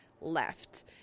left